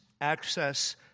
access